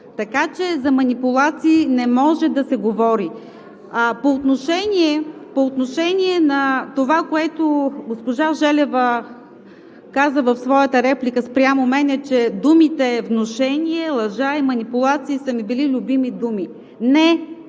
Така че за манипулации не може да се говори. По отношение на това, което госпожа Желева каза в своята реплика спрямо мен, е, че думите „внушение“, „лъжа“ и „манипулации“ са ми били любими думи. Не,